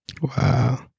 Wow